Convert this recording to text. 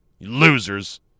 Losers